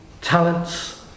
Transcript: talents